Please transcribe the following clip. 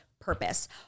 purpose